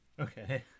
Okay